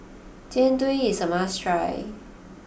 Jian Dui is a must try